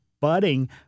budding